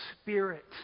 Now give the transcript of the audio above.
Spirit